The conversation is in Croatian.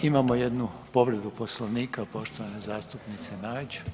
Imamo jednu povredu Poslovnika poštovane zastupnice Nađ.